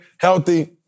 healthy